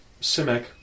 Simic